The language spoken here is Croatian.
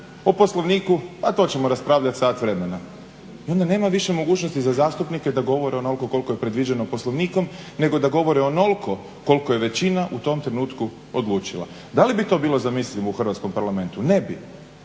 o Poslovniku a to ćemo raspravljati sat vremena. I onda nema više mogućnosti za zastupnike da govore onoliko koliko je predviđeno Poslovnikom nego da govore onoliko koliko je većina u tom trenutku odlučila. Da li bi to bilo zamislivo u hrvatskom Parlamentu? Ne bi.